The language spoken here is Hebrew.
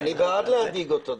אני דווקא בעד להדאיג אותו.